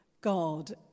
God